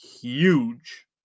huge